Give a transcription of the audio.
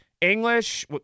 English